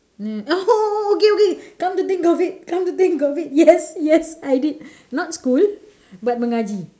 oh okay okay come to think of it come to think of it yes yes I did not school but mengaji